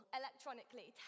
electronically